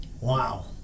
Wow